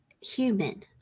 human